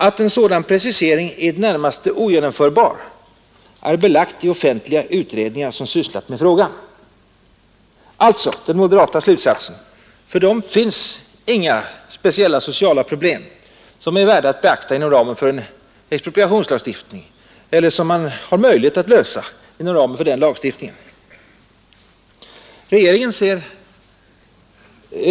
Att en sådan precisering är i det närmaste ogenomförbar är belagt i offentliga utredningar som sysslat med frågan.” För moderaterna finns alltså inga speciella sociala problem som är värda att beakta eller möjliga att lösa inom ramen för en ny expropriationslagstiftning.